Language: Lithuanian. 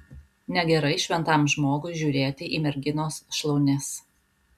negerai šventam žmogui žiūrėti į merginos šlaunis